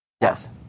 Yes